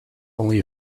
only